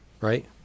Right